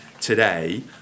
today